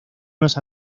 unos